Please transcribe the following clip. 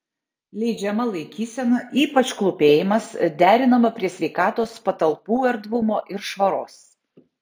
leidžiama laikysena ypač klūpėjimas derinama prie sveikatos patalpų erdvumo ir švaros